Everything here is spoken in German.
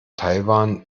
taiwan